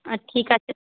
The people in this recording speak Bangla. ঠিক আছে